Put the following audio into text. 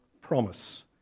promise